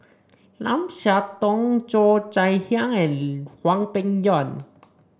Lim Siah Tong Cheo Chai Hiang and Hwang Peng Yuan